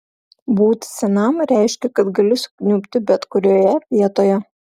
būti senam reiškė kad gali sukniubti bet kurioje vietoje